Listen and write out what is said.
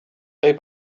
they